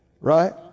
right